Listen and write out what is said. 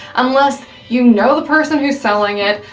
unless you know the person who's selling it,